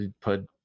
put